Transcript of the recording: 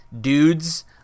dudes